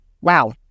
wow